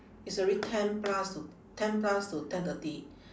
it's already ten plus to ten plus to ten thirty